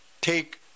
take